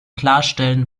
klarstellen